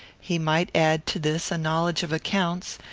he might add to this a knowledge of accounts,